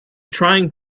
trying